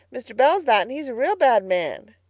mr. bell's that, and he's a real bad man.